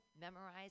memorize